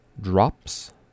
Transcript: drops